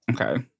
Okay